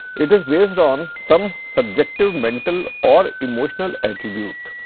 it is based on some subjective mental or emotional attribute.